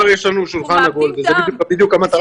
אז מחר יש לנו שולחן עגול וזו בדיוק המטרה שלו.